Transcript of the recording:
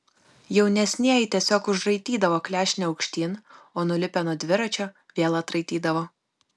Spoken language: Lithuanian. jaunesnieji tiesiog užraitydavo klešnę aukštyn o nulipę nuo dviračio vėl atraitydavo